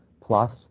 Plus